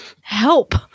Help